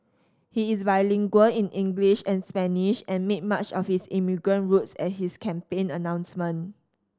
he is bilingual in English and Spanish and made much of his immigrant roots at his campaign announcement